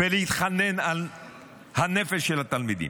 ולהתחנן על הנפש של התלמידים,